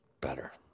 Better